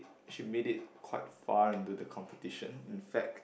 she made it quite far into the competition in fact